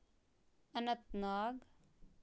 اَنَنت ناگ